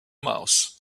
mouse